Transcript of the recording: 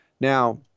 Now